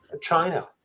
China